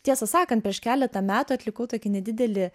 tiesą sakant prieš keletą metų atlikau tokį nedidelį